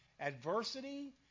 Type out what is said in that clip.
adversity